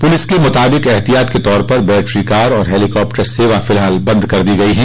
police के मुताबिक एहतियात के तौर पर बैटरी कार और हेलीकॉप्टर सेवा फिलहाल बन्द कर दी गयी है